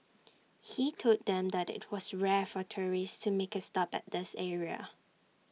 he told them that IT was rare for tourists to make A stop at this area